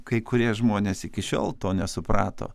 kai kurie žmonės iki šiol to nesuprato